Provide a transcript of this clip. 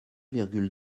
virgule